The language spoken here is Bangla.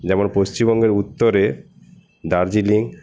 যেমন পশ্চিমবঙ্গের উত্তরে দার্জিলিং